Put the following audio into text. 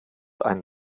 ein